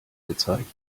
gezeigt